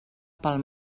pel